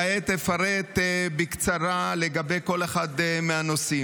כעת אפרט בקצרה כל אחד מהנושאים.